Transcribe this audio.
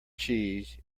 cheese